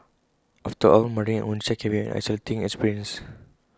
after all mothering on can be an isolating experience